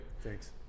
thanks